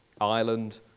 Ireland